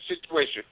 situation